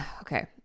Okay